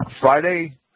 Friday